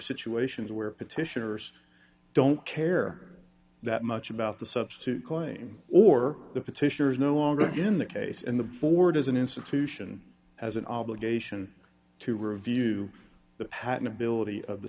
situations where petitioners don't care that much about the substitute claim or the petitioner is no longer in the case and the board as an institution has an obligation to review the patentability of the